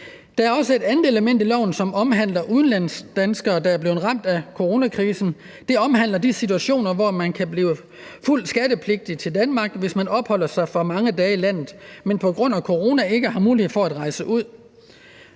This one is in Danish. Der er også et andet element i lovforslaget, som omhandler udenlandsdanskere, der er blevet ramt af coronakrisen. Det omhandler de situationer, hvor man kan blive fuldt skattepligtig i Danmark, fordi man opholder sig for mange dage i landet, men på grund af corona ikke har mulighed for at rejse ud.